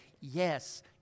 Yes